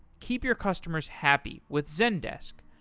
keep your customers happy with zendesk.